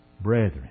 Brethren